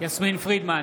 יסמין פרידמן,